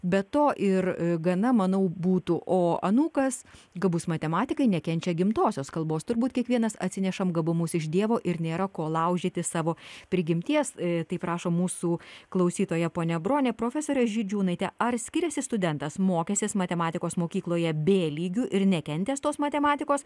bet to ir gana manau būtų o anūkas gabus matematikai nekenčia gimtosios kalbos turbūt kiekvienas atsinešame gabumus iš dievo ir nėra ko laužyti savo prigimties taip rašo mūsų klausytoja ponia bronė profesore žydžiūnaite ar skiriasi studentas mokęsis matematikos mokykloje b lygiu ir nekentęs tos matematikos